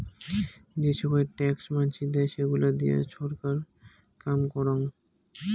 যে সোগায় ট্যাক্স মানসি দেয়, সেইগুলা দিয়ে ছরকার কাম করং